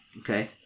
Okay